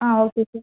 ആ okay sir